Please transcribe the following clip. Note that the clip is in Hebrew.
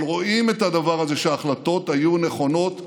אבל רואים את הדבר הזה, שההחלטות היו נכונות.